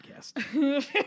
podcast